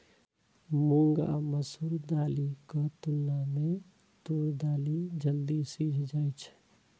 मूंग आ मसूर दालिक तुलना मे तूर दालि जल्दी सीझ जाइ छै